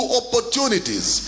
opportunities